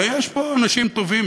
ויש פה אנשים טובים,